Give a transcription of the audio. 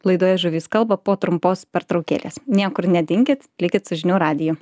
laidoje žuvys kalba po trumpos pertraukėlės niekur nedinkit likit su žinių radiju